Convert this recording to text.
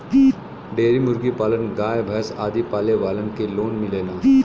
dairy मुर्गी पालन गाय भैस आदि पाले वालन के लोन मिलेला